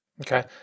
Okay